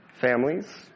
families